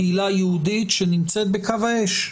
קהילה יהודית שנמצאת בקו האש,